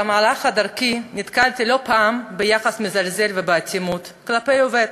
במהלך דרכי נתקלתי לא פעם ביחס מזלזל ובאטימות כלפי עובד